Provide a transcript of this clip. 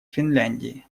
финляндии